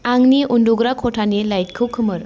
आंनि उन्दुग्रा खथानि लाइटखौ खोमोर